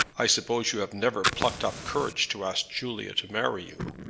i suppose you have never plucked up courage to ask julia to marry you?